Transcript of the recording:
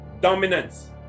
dominance